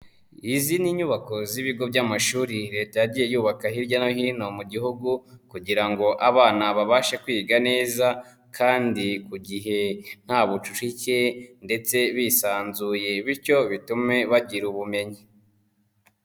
Izi ni inyubako z'ibigo by'amashuri Leta yagiye yubaka hirya no hino mu gihugu kugira ngo abana babashe kwiga neza kandi ku gihe nta bucucike ndetse bisanzuye bityo bitume bagira ubumenyi.